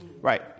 Right